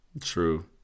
True